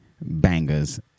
bangers